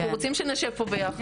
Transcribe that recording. אנחנו רוצים שנשב פה ביחד.